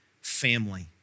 family